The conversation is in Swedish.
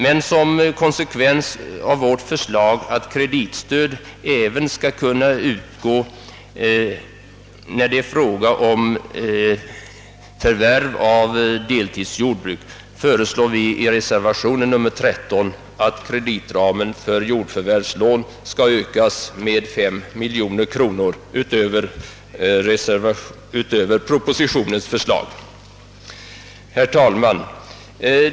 Men som konsekvens av vårt förslag att kreditstöd även skall kunna utgå när det är fråga om förvärv av deltidsjordbruk föreslår vi i reservation nr 13 att kreditramen för jordförvärvslån skall ökas med 5 miljoner kronor utöver propositionens förslag. Herr talman!